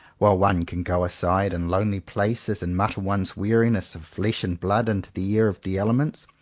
while one can go aside in lonely places and mutter one's weariness of flesh and blood into the ear of the elements,